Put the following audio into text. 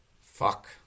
fuck